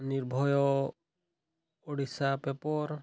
Nirbhay Odisha paper